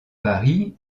paris